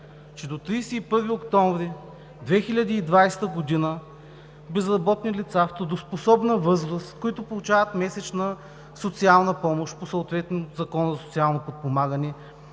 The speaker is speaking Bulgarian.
Че „до 31 октомври 2020 г. безработни лица в трудоспособна възраст, които получават месечна социална помощ по Закона за социално подпомагане